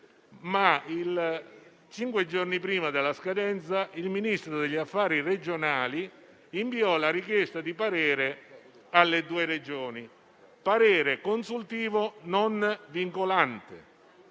ma cinque giorni prima della scadenza il Ministro per gli affari regionali inviò la richiesta di parere alle due Regioni, parere consultivo non vincolante,